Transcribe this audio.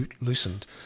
loosened